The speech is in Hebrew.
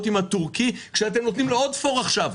עם הטורקי כשאתם נותנים לו עוד פור עכשיו?